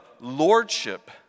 lordship